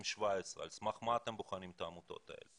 מדובר ב-17 אבל השאלה היא על סמך מה אתם בוחנים את העמותות האלה,